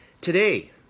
today